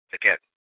again